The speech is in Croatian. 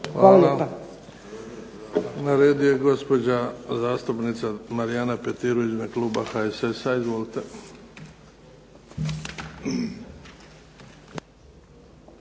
Hvala. Na redu je gospođa zastupnica Marijana Petir u ime kluba HSS-a. Izvolite.